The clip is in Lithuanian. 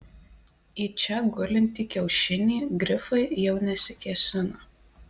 į čia gulintį kiaušinį grifai jau nesikėsina